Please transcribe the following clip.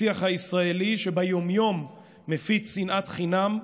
השיח הישראלי, שביום-יום מפיץ שנאת חינם,